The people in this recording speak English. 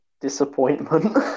disappointment